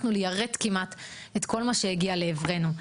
הצלחנו ליירט כמעט את כל מה שהגיע לעברנו.